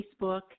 Facebook